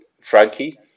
Frankie